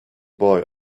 boy